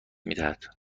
میدهد